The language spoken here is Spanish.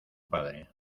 padre